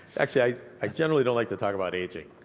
actually i i generally don't like to talk about aging.